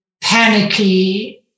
panicky